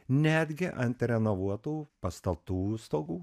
netgi ant renovuotų pastatų stogų